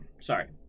sorry